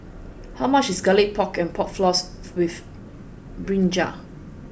how much is garlic pork and pork floss with brinjal